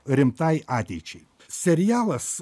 rimtai ateičiai serialas